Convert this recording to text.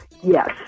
Yes